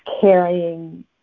carrying